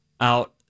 out